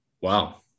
Wow